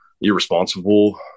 irresponsible